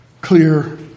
clear